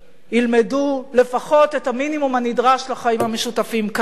ילמדו לפחות את המינימום הנדרש לחיים המשותפים כאן,